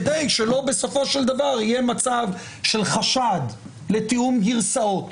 כדי שלא יהיה בסופו של דבר מצב של חשד לתיאום גרסאות,